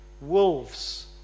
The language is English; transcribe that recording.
wolves